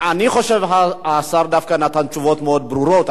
אני חושב שהשר דווקא נתן תשובות מאוד ברורות.